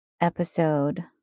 episode